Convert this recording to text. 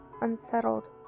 unsettled